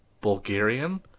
Bulgarian